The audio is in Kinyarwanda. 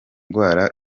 ndwara